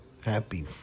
Happy